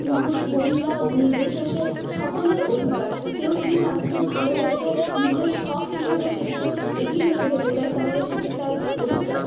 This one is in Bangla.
পুরুষ মহিলা নির্বিশেষে সকলের অধিকার কেউ যদি নাচকে ভালোবেসে নিজের শখ হিসেবে সেটিকে এগিয়ে নিয়ে যেতে চায় তাহলে সেটি তার অধিকার